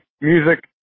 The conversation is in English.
music